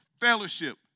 fellowship